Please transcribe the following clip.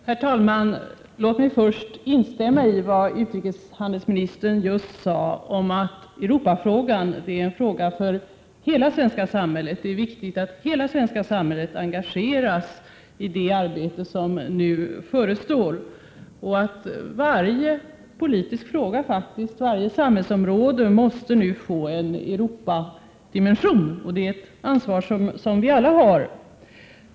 Herr talman! Låt mig först få instämma i vad utrikeshandelsministern sade om att Europafrågan är en fråga för hela svenska samhället och att det är viktigt att hela svenska samhället engageras i det arbete som nu förestår. Varje politisk fråga och varje samhällsområde måste nu faktiskt få en Europadimension. Ansvaret härför bär vi alla.